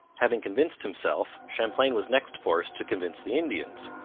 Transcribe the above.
having convinced himself, champlain was next forced to convince the indians,